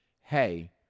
hey